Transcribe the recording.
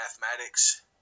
mathematics